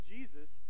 Jesus